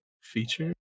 Feature